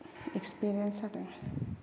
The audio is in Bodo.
एक्सपिरियेन्स जादों